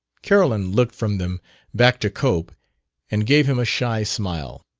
carolyn looked from them back to cope and gave him a shy smile.